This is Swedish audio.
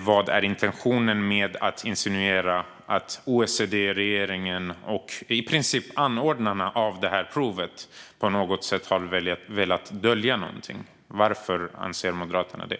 Vilken intention har man när man insinuerar att OECD och regeringen - i princip anordnarna av provet - på något sätt har velat dölja någonting? Varför anser Moderaterna det?